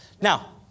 Now